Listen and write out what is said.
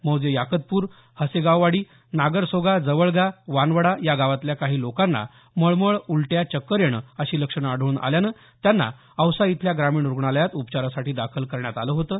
मौजे याकतपूर हसेगाववाडी नागरसोगा जवळगा वानवडा या गावातल्या कांही लोकांना मळमळ उलट्या चक्कर येणं अशी लक्षणं आढळून आल्यानं त्यांना औसा इथल्या ग्रामीण रुग्णालयात उपचारासाठी दाखल करण्यात आलं होतं